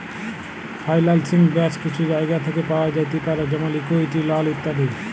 ফাইলালসিং ব্যাশ কিছু জায়গা থ্যাকে পাওয়া যাতে পারে যেমল ইকুইটি, লল ইত্যাদি